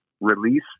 release